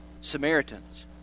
Samaritans